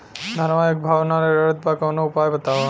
धनवा एक भाव ना रेड़त बा कवनो उपाय बतावा?